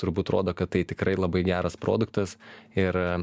turbūt rodo kad tai tikrai labai geras produktas ir